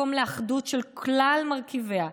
מקום לאחדות של כלל מרכיביה,